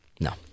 No